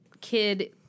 kid